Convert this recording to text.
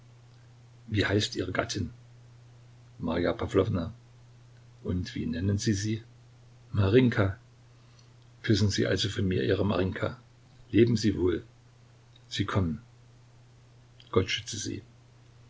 wie heißt ihre gattin marja pawlowna und wie nennen sie sie marinjka küssen sie also von mir ihre marinjka leben sie wohl sie kommen gott schütze sie